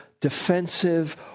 defensive